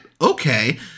okay